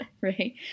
Right